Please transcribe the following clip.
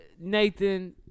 Nathan